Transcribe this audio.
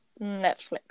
Netflix